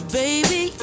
baby